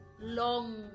Long